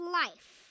life